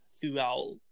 throughout